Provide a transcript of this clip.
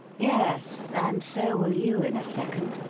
yes and so will you in a second.